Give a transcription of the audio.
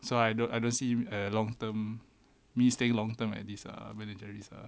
so I don't I don't see a long term me staying long term at this ah